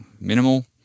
minimal